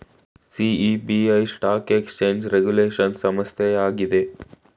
SEBI stock exchange regulation ಸಂಸ್ಥೆ ಆಗಿದೆ